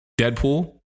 Deadpool